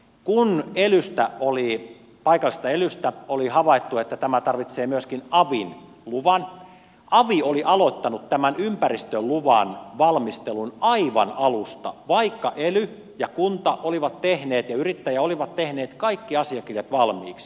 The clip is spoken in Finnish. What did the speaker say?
kun elystä paikallisesta elystä oli havaittu että tämä tarvitsee myöskin avin luvan avi oli aloittanut tämän ympäristöluvan valmistelun aivan alusta vaikka ely ja kunta ja yrittäjä olivat tehneet kaikki asiakirjat valmiiksi